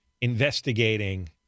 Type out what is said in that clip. investigating